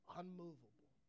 unmovable